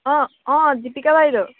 অঁ অঁ দীপিকা বাইদেউ